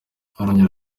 arongera